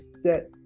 set